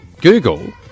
Google